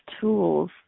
tools